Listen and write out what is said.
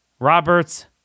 Roberts